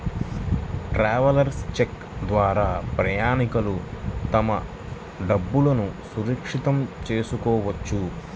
travellers cheque ద్వారా ప్రయాణికులు తమ డబ్బులును సురక్షితం చేసుకోవచ్చు